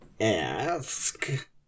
ask